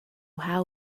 how